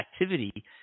activity